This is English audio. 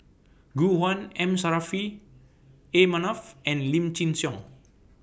Gu Juan M Saffri A Manaf and Lim Chin Siong